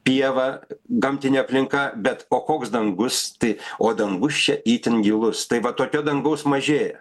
pieva gamtinė aplinka bet o koks dangus tai o dangus čia itin gilus tai va tokio dangaus mažėja